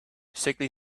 sickly